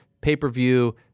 pay-per-view